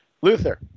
Luther